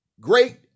great